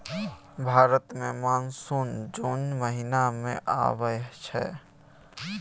भारत मे मानसून जुन महीना मे आबय छै